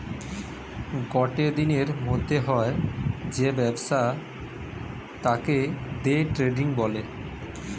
গটে দিনের মধ্যে হয় যে ব্যবসা তাকে দে ট্রেডিং বলে